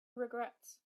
regrets